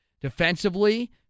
Defensively